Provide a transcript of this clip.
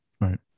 Right